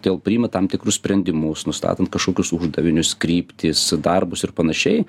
dėl priima tam tikrus sprendimus nustatant kažkokius uždavinius kryptis darbus ir panašiai